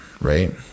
right